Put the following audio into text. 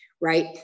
Right